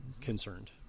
concerned